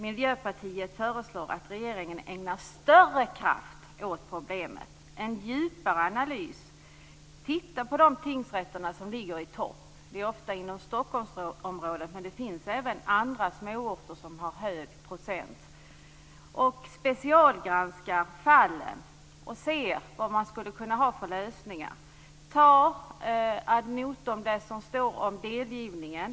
Miljöpartiet föreslår att regeringen ägnar större kraft åt problemet, gör en djupare analys, tittar på de tingsrätter som ligger i topp - de ligger ofta inom Stockholmsområdet, men det finns även andra småorter som har ett stort antal inställda förhandlingar - och specialgranskar fallen för att se vilka lösningar som kan finnas. Regeringen bör ta ad notam det som står om delgivningen.